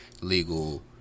legal